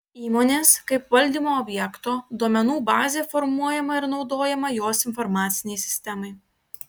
įmonės kaip valdymo objekto duomenų bazė formuojama ir naudojama jos informacinei sistemai